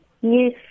Yes